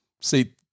See